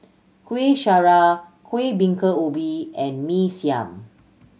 Kuih Syara Kuih Bingka Ubi and Mee Siam